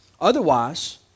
Otherwise